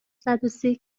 صدوسی